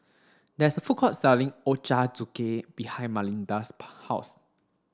there is a food court selling Ochazuke behind house